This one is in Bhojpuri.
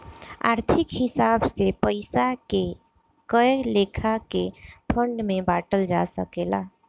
आर्थिक हिसाब से पइसा के कए लेखा के फंड में बांटल जा सकेला